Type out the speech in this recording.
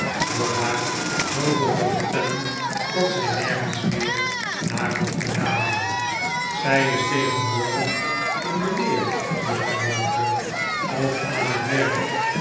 door haar zooveel te vertellen dat zij nergens meer naar hoeft te raden zij is tegenwoordig in de leer juffrouw mowcher of aan het werk